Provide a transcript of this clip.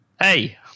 Hey